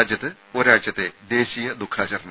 രാജ്യത്ത് ഒരാഴ്ചത്തെ ദേശീയ ദുഃഖാചരണം